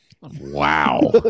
Wow